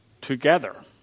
together